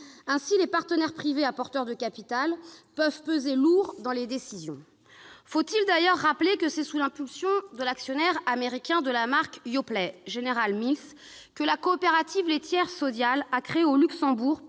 privés. Les partenaires privés, apporteurs de capital, peuvent donc peser lourd dans les décisions. Faut-il d'ailleurs rappeler que c'est sous l'impulsion de l'actionnaire américain de la marque Yoplait, General Mills, que la coopérative laitière Sodiaal a créé au Luxembourg,